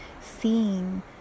seeing